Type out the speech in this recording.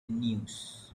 news